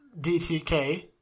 DTK